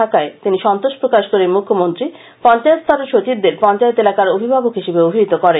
এতে সন্তোষ প্রকাশ করে মুখ্যমন্ত্রী পঞ্চায়েতস্তরের সচিবদের পঞ্চায়েত এলাকার অভিভাবক হিসাবে অভিহিত করেন